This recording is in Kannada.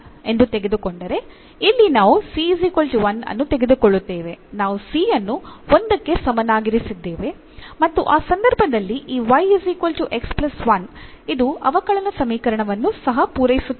ಇಲ್ಲಿ ನಾವು c 1 ಅನ್ನು ತೆಗೆದುಕೊಳ್ಳುತ್ತೇವೆ ನಾವು c ಅನ್ನು 1 ಕ್ಕೆ ಸಮನಾಗಿರಿಸಿದ್ದೇವೆ ಮತ್ತು ಆ ಸಂದರ್ಭದಲ್ಲಿ ಈ ಇದು ಅವಕಲನ ಸಮೀಕರಣವನ್ನು ಸಹ ಪೂರೈಸುತ್ತದೆ